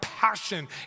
Passion